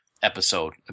episode